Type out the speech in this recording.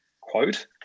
quote